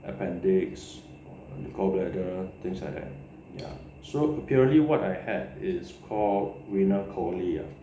appendix the gall bladder things like that ya so apparently what I had is call renal colic ah